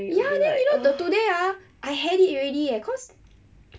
ya then you know today ah I had it already eh cause